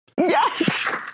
Yes